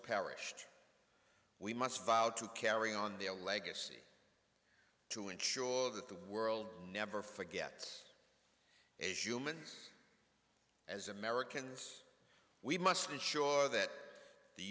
perished we must vowed to carry on their legacy to ensure that the world never forget as humans as americans we must ensure that the